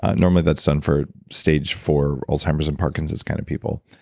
ah normally that's done for stage four alzheimer's and parkinson's kind of people.